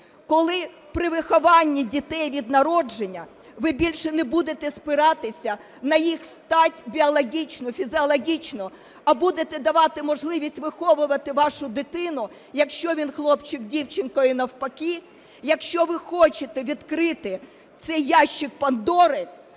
коли при вихованні дітей від народження ви більше не будете спиратися на їх стать біологічну, фізіологічну, а будете давати можливість виховувати вашу дитину, якщо він хлопчик – дівчинкою, і навпаки. Якщо ви хочете відкрити цей ящик Пандори,